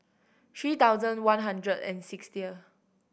three thousand one hundred and sixty